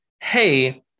Hey